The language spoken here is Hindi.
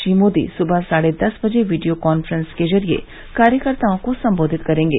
श्री मोदी सुबह साढ़े दस बजे वीडियो कांफ्रेंस के जरिये कार्यकर्ताओं को संबोधित करेंगे